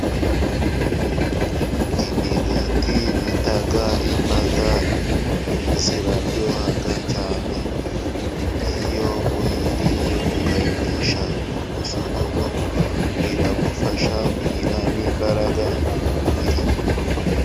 Imigati bita imbata iraryoha cyane, iyo uyiriye ukayinywesha umusururu, biragufasha kugira n'imbaraga mu mubiri.